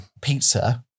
pizza